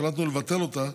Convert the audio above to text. החלטנו לבטל אותה,